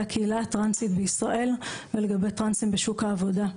הקהילה הטרנסית בישראל ולגבי טרנסים בשוק העבודה.